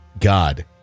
God